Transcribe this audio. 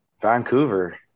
Vancouver